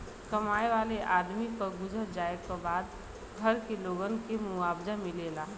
कमाए वाले आदमी क गुजर जाए क बाद घर के लोगन के मुआवजा मिलेला